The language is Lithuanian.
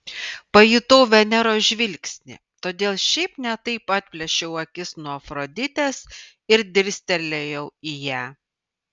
pajutau veneros žvilgsnį todėl šiaip ne taip atplėšiau akis nuo afroditės ir dirstelėjau į ją